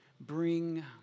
Bring